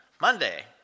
Monday